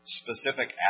specific